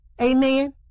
Amen